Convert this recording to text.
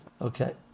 Okay